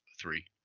three